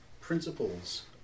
principles